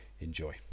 Enjoy